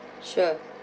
sure